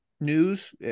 news